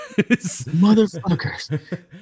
Motherfuckers